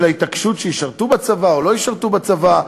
ההתעקשות שישרתו בצבא או לא ישרתו בצבא.